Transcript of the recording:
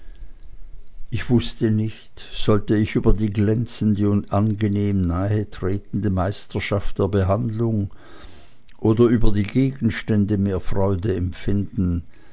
ich wußte nicht sollte ich über die glänzende und angenehm nahetretende meisterschaft der behandlung oder über die gegenstände mehr freude empfinden